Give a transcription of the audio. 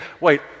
wait